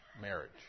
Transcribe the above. marriage